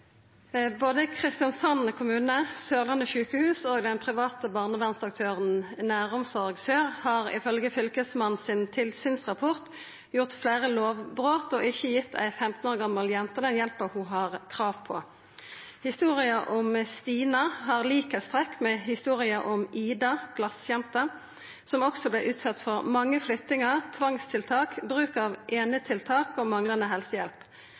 Kristiansand kommune, Sørlandet sykehus og den private barnevernsaktøren Næromsorg Sør har ifølgje Fylkesmannens tilsynsrapport gjort fleire lovbrot og ikkje gitt ei 15 år gamal jente den hjelpa ho har krav på. Historia om «Stina» har likheitstrekk med historia om «Ida», glasjenta, som også blei utsett for mange